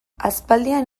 aspaldian